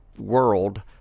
world